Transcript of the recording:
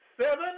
Seven